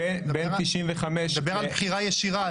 בין 1995 --- הוא מדבר על בחירה ישירה.